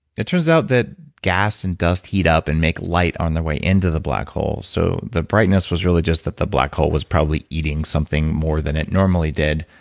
it turns out that gas and dust heat up and make light on the way into the black holes, so the brightness was really just that the black hole was probably eating something more than it normally did,